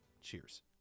Cheers